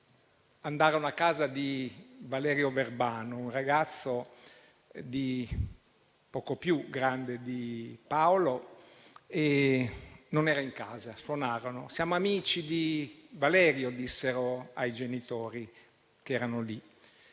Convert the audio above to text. andarono a casa di Valerio Verbano, un ragazzo poco più grande di Paolo, che non era in casa. Suonarono: «Siamo amici di Valerio», dissero ai genitori, che erano lì;